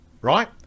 right